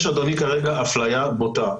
יש, אדוני, כרגע אפליה בוטה.